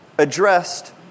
Addressed